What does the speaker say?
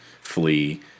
flee